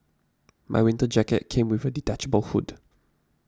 my winter jacket came with a detachable hood